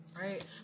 right